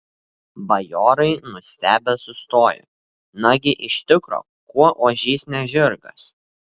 bajorai nustebę sustojo nagi iš tikro kuo ožys ne žirgas